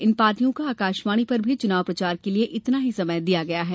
इन पार्टियों का आकाशवाणी पर भी चुनाव प्रचार के लिए इतना ही समय दिया गया है